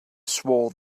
swore